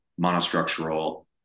monostructural